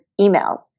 emails